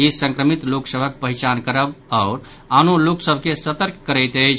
ई संक्रमित लोक सभक पहिचान करब आओर आनो लोक सभ के सतर्क करैत अछि